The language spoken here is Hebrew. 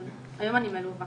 היום אני מלווה